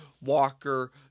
Walker